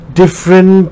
different